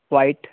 white